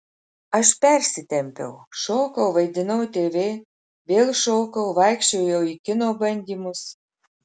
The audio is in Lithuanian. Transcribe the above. aš persitempiau šokau vaidinau tv vėl šokau vaikščiojau į kino bandymus